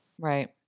Right